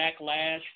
backlash